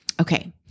Okay